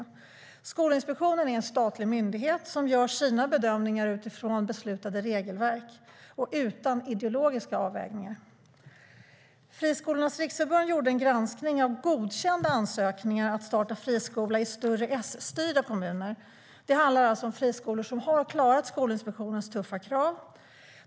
Friskolornas riksförbund gjorde en granskning av godkända ansökningar om att få starta friskola i större S-styrda kommuner. Det handlar alltså om friskolor som har klarat Skolinspektionens tuffa krav.